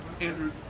Andrew